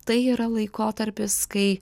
tai yra laikotarpis kai